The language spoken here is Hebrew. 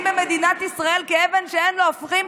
במדינת ישראל כאבן שאין לה הופכין.